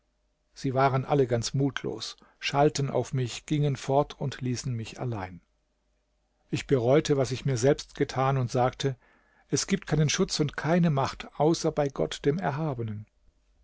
sie waren alle ganz mutlos schalten auf mich gingen fort und ließen mich allein ich bereute was ich mir selbst getan und sagte es gibt keinen schutz und keine macht außer bei gott dem erhabenen